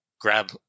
grab